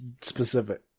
specific